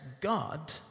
God